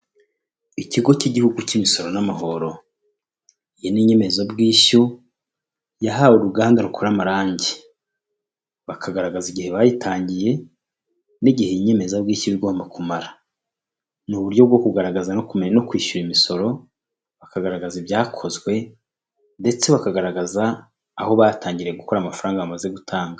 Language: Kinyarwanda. Ikigo cy'igihugu cy'imisoro n'amahoro, iyi ni inyemezabwishyu yahawe uruganda rukora amarangi, bakagaragaza igihe bayitangiye n'igihe inyemezabwishyu igomba kumara, ni uburyo bwo kugaragaza no kumenya no kwishyura imisoro bakagaragaza ibyakozwe, ndetse bakagaragaza aho batangiye gukora amafaranga bamaze gutanga.